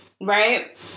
Right